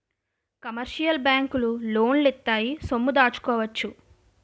commercial బ్యాంకులు లోన్లు ఇత్తాయి సొమ్ము దాచుకోవచ్చు